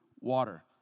water